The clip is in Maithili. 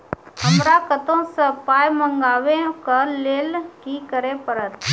हमरा कतौ सअ पाय मंगावै कऽ लेल की करे पड़त?